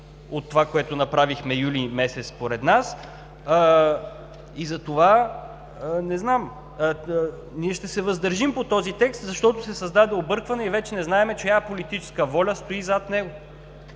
от това, което направихме месец юли, според нас. И затова – не знам, но ние ще се въздържим по този текст, защото се създаде объркване и вече не знаем чия политическа воля стои зад него.